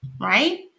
right